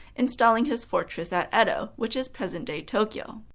installing his fortress at edo, which is present-day tokyo.